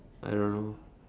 I don't know